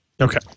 Okay